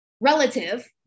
relative